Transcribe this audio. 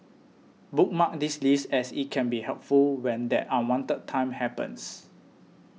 bookmark this list as it can be helpful when that unwanted time happens